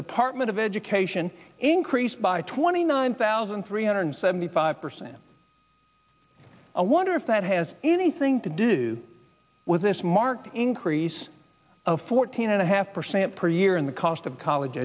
department of education increased by twenty nine thousand three hundred seventy five percent i wonder if that has anything to do with this marked increase of fourteen and a half percent per year in the cost of college